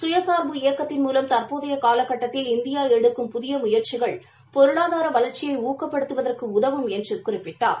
சுயசா்பு இயக்கத்தின் மூலம் தற்போதைய காலகட்டத்தில் இந்தியா எடுத்தும் புதிய முயற்சிகள் பொருளாதார வளர்ச்சியை ஊக்கப்படுத்துவதற்கு உதவும் என்று குறிப்பிட்டார்